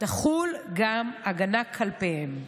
תחול גם על הגנה כלפיהם.